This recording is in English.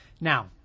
Now